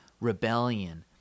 rebellion